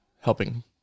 helping